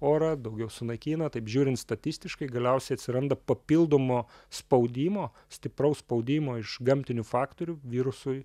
orą daugiau sunaikina taip žiūrint statistiškai galiausiai atsiranda papildomo spaudimo stipraus spaudimo iš gamtinių faktorių virusui